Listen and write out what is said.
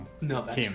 No